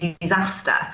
disaster